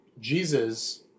Jesus